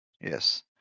Yes